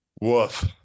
Woof